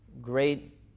great